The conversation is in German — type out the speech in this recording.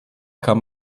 kann